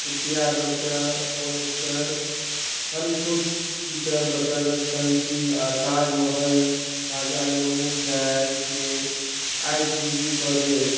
कृपया doctor ओएक्टर Funfoods Peter butter crunchy आओर ताजमहल ताजा नेमू चाइके आइ डिलीवरी कऽ देब